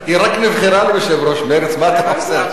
היא רק נבחרה ליושב-ראש מרצ, מה אתה עושה?